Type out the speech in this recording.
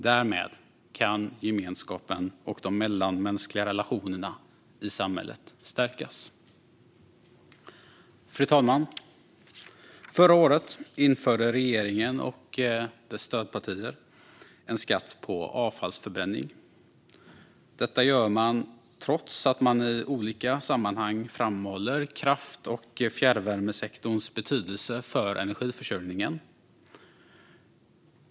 Därmed kan gemenskapen och de mellanmänskliga relationerna i samhället stärkas. Fru talman! Förra året införde regeringen och dess stödpartier en skatt på avfallsförbränning. Detta gjorde man trots att man i olika sammanhang framhåller kraft och fjärrvärmesektorns betydelse för energiförsörjningen.